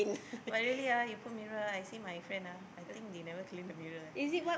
but really ah you put mirror ah I see my friend ah I think they never clean the mirror eh